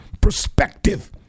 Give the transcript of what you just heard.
perspective